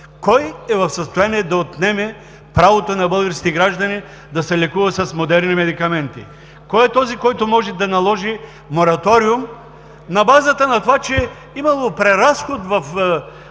Кой е в състояние да отнеме правото на българските граждани да се лекуват с модерни медикаменти? Кой е този, които може да наложи мораториум на базата на това, че имало преразход в перото